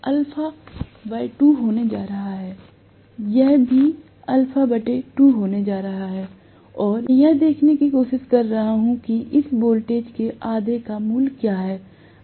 तो यह α 2 होने जा रहा है यह भी α 2 होने जा रहा है और अब मैं यह देखने की कोशिश कर रहा हूं कि इस वोल्टेज के आधे का मूल्य क्या है